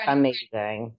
amazing